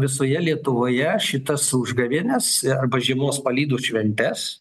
visoje lietuvoje šitas užgavėnes arba žiemos palydų šventes